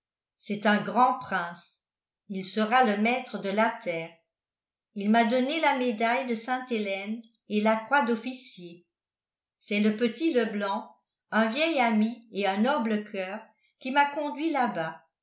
c'est un grand prince il sera le maître de la terre il m'a donné la médaille de sainte-hélène et la croix d'officier c'est le petit leblanc un vieil ami et un noble coeur qui m'a conduit là-bas